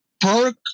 Perk